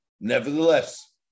Nevertheless